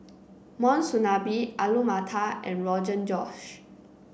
Monsunabe Alu Matar and Rogan Josh